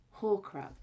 Horcrux